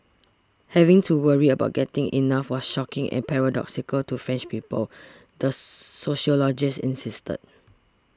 having to worry about getting enough was shocking and paradoxical to French people the sociologist insisted